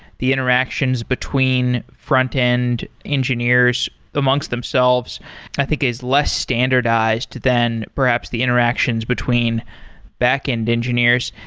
the interactions between frontend engineers amongst themselves i think is less standardized than perhaps the interactions between backend engineers.